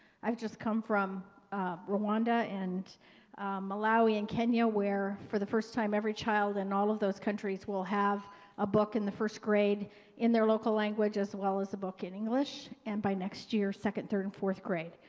i've just come from rwanda and malawi and kenya where for the first time every child in all of those countries will have a book in the first grade in their local language as well as a book in english, and by next year, second, third and fourth grade.